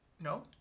No